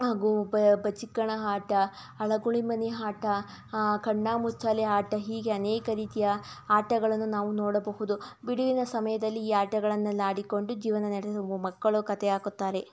ಹಾಗೂ ಬ ಬಚ್ಚಿಕಣ ಆಟ ಅಳಗುಳಿ ಮನೆ ಆಟ ಕಣ್ಣಾ ಮುಚ್ಚಾಲೆ ಆಟ ಹೀಗೆ ಅನೇಕ ರೀತಿಯ ಆಟಗಳನ್ನು ನಾವು ನೋಡಬಹುದು ಬಿಡುವಿನ ಸಮಯದಲ್ಲಿ ಈ ಆಟಗಳನ್ನೆಲ್ಲ ಆಡಿಕೊಂಡು ಜೀವನ ನಡೆಸುವ ಮಕ್ಕಳು ಕಥೆ ಹಾಕುತ್ತಾರೆ